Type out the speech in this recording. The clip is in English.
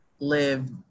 live